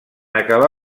acabar